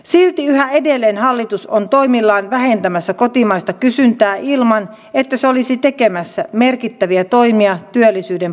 silti yhä edelleen hallitus on toimillaan vähentämässä kotimaista kysyntää ilman että se olisi tekemässä merkittäviä toimia työllisyyden parantamiseksi